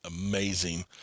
amazing